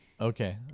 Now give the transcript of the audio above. Okay